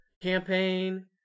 campaign